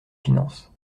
finances